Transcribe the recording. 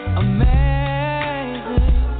amazing